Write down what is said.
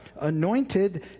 anointed